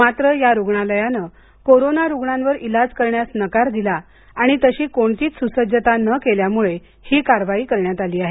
मात्र या रुग्णालयाने कोरोना रुग्णांवर इलाज करण्यास नकार दिला आणि तशी कोणतीच सुसज्जता न केल्यामुळे ही कारवाई करण्यात आली आहे